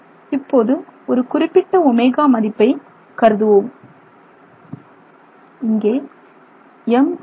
இப்போது ஒரு குறிப்பிட்ட ω மதிப்பை கருதுவோம் இங்கே mgmrω2